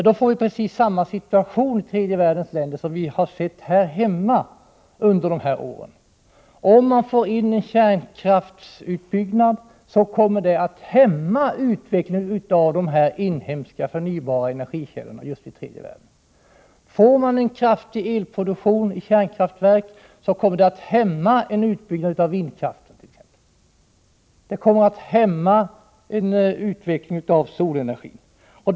Då får vi samma situation i tredje världens länder som vi har haft här hemma under dessa år — om man bygger ut kärnkraften hämmar det utvecklingen av de inhemska förnybara energikällorna i tredje världen. Får man en kraftig elproduktion i kärnkraftverk kommer det att hämma utbyggnaden av vindkraft eller av solenergi.